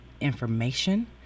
information